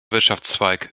wirtschaftszweig